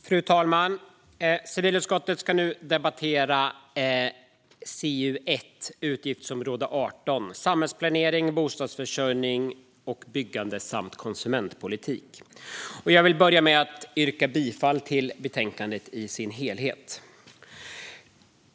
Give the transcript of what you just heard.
Fru talman! Civilutskottet debatterar nu CU1 utgiftsområde 18 Samhällsplanering, bostadsförsörjning och byggande samt konsumentpolitik. Jag vill börja med att yrka bifall till förslaget i betänkandet i dess helhet.